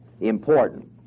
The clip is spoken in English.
important